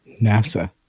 NASA